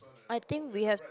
I think we have